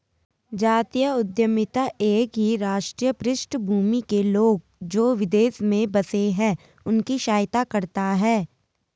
जातीय उद्यमिता एक ही राष्ट्रीय पृष्ठभूमि के लोग, जो विदेश में बसे हैं उनकी सहायता करता है